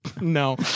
No